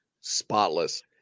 spotless